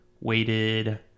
weighted